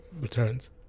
returns